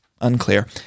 Unclear